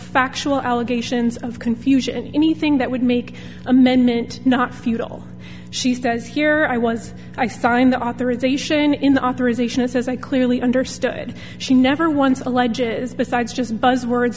factual allegations of confusion anything that would make amendment not futile she says here i was i find the authorization in the authorization is as i clearly understood she never once alleges besides just buzzwords